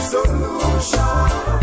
Solution